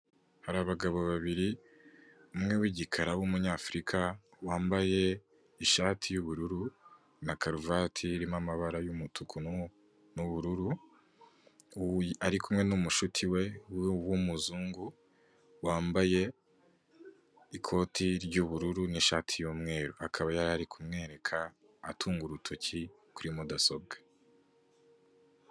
Hari abagabo babiri, umwe w'igikara w'umunyafurika wambaye ishati y'ubururu na karuvati irimo amabara y'umutuku n'ubururu, ari kumwe na n'umushuti we w'umuhungu wambaye ikoti ry'ubururu n'ishati y'umweru, akaba yari kumwereka atunga urutoki kuri mudasobwa.